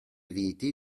riti